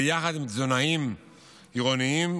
ויחד עם תזונאים עירוניים,